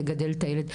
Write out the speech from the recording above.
לגדל את הילד,